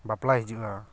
ᱵᱟᱯᱞᱟᱭ ᱦᱤᱡᱩᱜᱼᱟ